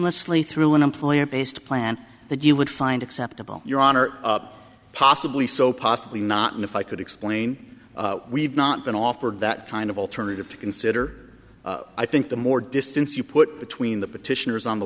sly through an employer based plan that you would find acceptable your honor possibly so possibly not and if i could explain we've not been offered that kind of alternative to consider i think the more distance you put between the petitioners on the